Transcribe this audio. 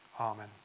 Amen